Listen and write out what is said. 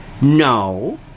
No